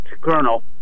Colonel